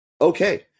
Okay